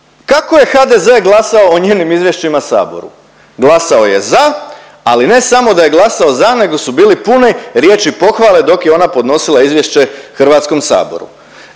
Kako je HDZ glasao o njenim izvješćima saboru? Glasao je za, ali ne samo da je glasao za nego su bile pune riječi pohvale dok je ona podnosila izvješće HS.